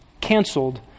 canceled